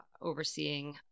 overseeing